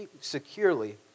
securely